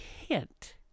hint